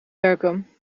werken